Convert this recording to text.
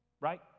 right